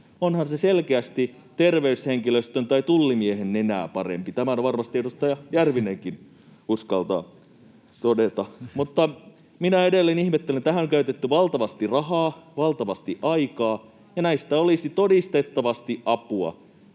onhan se selkeästi ter- veyshenkilöstön tai tullimiehen nenää parempi — tämän varmasti edustaja Järvinenkin uskaltaa todeta. Mutta minä edelleen tätä ihmettelen, kun tähän on käytetty valtavasti rahaa ja valtavasti aikaa ja näistä olisi todistettavasti apua.